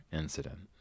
incident